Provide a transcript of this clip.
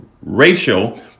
racial